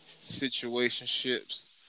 situationships